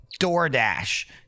DoorDash